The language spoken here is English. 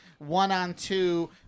one-on-two